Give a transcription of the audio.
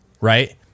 right